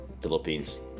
Philippines